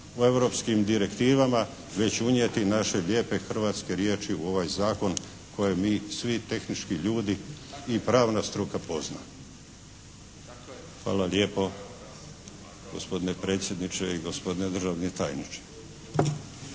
u europskim direktivama već unijeti naše lijepe hrvatske riječi u ovaj zakon koji mi svi tehnički ljudi i pravna struka poznajemo. Hvala lijepo gospodine predsjedniče i gospodine državni tajniče.